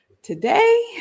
Today